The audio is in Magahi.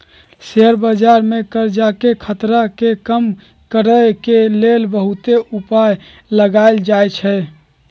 शेयर बजार में करजाके खतरा के कम करए के लेल बहुते उपाय लगाएल जाएछइ